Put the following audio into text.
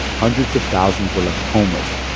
hundreds of thousands were left homeless,